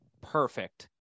perfect